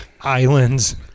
islands